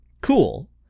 Cool